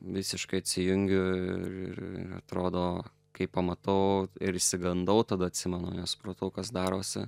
visiškai atsijungiu ir ir atrodo kai pamatau ir išsigandau tada atsimenu nesupratau kas darosi